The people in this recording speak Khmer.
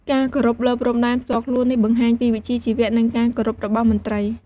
ការគោរពលើព្រំដែនផ្ទាល់ខ្លួននេះបង្ហាញពីវិជ្ជាជីវៈ និងការគោរពរបស់មន្ត្រី។